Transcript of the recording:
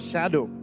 Shadow